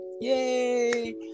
Yay